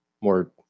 More